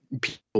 people